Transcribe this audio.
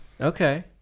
Okay